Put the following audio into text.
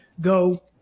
go